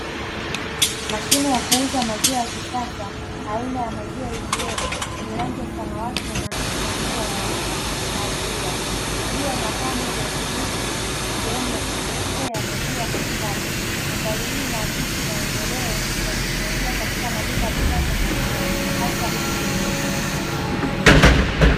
Mashine ya kuuza maziwa ya kisasa aina ya mazima ATM yenye rangi ya samawati na maandishi makubwa ya wima "MAZIWA', ikiwa na paneli ya udhibiti na sehemu ya kuchotea maziwa katikati. Madhari hii inaakisi maendeleo ya teknologia katika maduka ya maziwa hasa mjini.